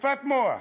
בשטיפות מוח,